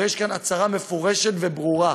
ויש כאן הצהרה מפורשת וברורה.